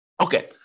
Okay